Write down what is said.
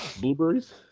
Blueberries